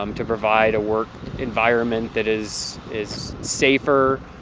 um to provide a work environment that is is safer,